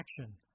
action